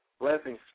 Blessings